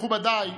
מכובדיי,